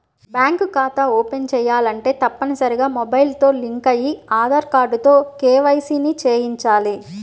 bank ఖాతా open చేయాలంటే తప్పనిసరిగా మొబైల్ తో లింక్ అయిన ఆధార్ కార్డుతో కేవైసీ ని చేయించాలి